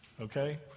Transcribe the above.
okay